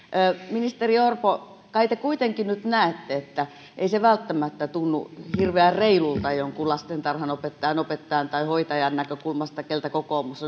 ministeri orpo kai te kuitenkin nyt näette että ei se välttämättä tunnu hirveän reilulta jonkun lastentarhanopettajan opettajan tai hoitajan näkökulmasta keneltä kokoomus